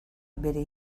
bere